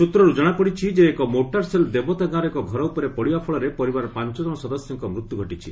ସୂତ୍ରରୁ ଜଣାପଡିଛି ଯେ ଏକ ମୋର୍ଟାର ସେଲ ଦେବତା ଗାଁର ଏକ ଘର ଉପରେ ପଡ଼ିବା ଫଳରେ ପରିବାରର ପାଞ୍ଚଜଣ ସଦସ୍ୟଙ୍କ ମୃତ୍ୟୁ ଘଟିଛି